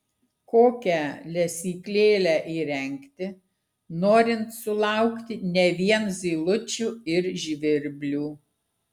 kokią lesyklėlę įrengti norint sulaukti ne vien zylučių ir žvirblių